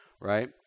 Right